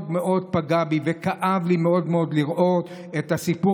מאוד מאוד פגע בי וכאב לי מאוד מאוד לראות את הסיפור